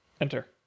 Enter